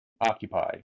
Occupy